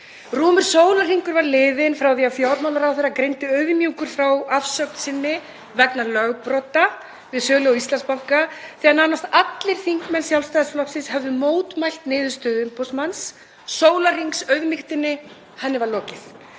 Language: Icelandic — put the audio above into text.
Rúmur sólarhringur var liðinn frá því að fjármálaráðherra greindi auðmjúkur frá afsögn sinni vegna lögbrota við sölu á Íslandsbanka þegar nánast allir þingmenn Sjálfstæðisflokksins höfðu mótmælt niðurstöðu umboðsmanns. Sólarhringsauðmýktinni var lokið.